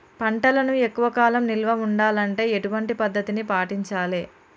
పంటలను ఎక్కువ కాలం నిల్వ ఉండాలంటే ఎటువంటి పద్ధతిని పాటించాలే?